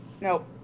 Nope